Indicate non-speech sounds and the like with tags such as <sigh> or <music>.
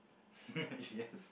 <laughs> yes